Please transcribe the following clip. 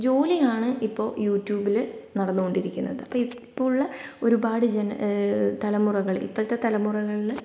ജോലിയാണ് ഇപ്പോൾ യൂട്യൂബില് നടന്നുകൊണ്ടിരിക്കുന്നത് അപ്പോൾ ഇപ്പോഴുള്ള ഒരുപാട് ജന തലമുറകൾ ഇപ്പോഴത്തെ തലമുറകളില്